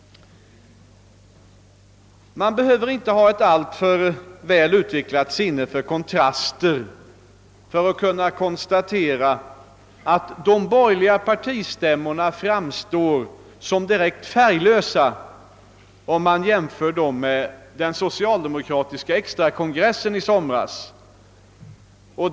Man behöver inte ha ett alltför väl utvecklat sinne för kontraster för att kunna konstatera, att de borgerliga partistämmorna framstår som direkt färglösa, jämfört med den socialdemokratiska extrakongressen under hösten.